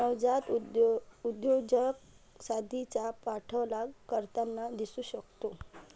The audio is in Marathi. नवजात उद्योजक संधीचा पाठलाग करताना दिसू शकतो